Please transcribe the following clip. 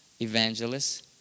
evangelists